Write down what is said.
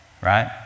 right